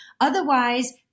Otherwise